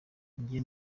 njye